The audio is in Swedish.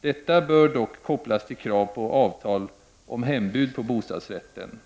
Detta bör dock kopplas till krav på avtal om hembud på bostadsrätten.